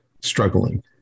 struggling